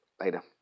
Later